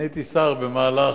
אני הייתי שר במהלך